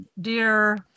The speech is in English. dear